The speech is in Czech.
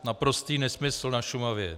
Naprostý nesmysl na Šumavě.